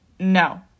No